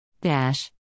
Dash